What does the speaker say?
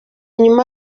nyuma